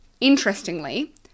interestingly